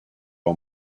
all